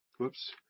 Whoops